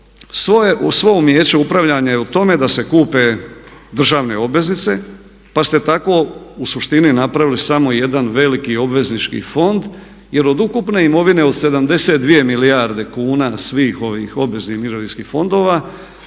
svo umijeće upravljanja je u tome da se kupe državne obveznice pa ste tako u suštini napravili samo jedan veliki obveznički fond jer od ukupne imovine od 72 milijarde kuna svih ovih obveznih mirovinskih fondova